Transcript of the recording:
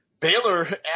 Baylor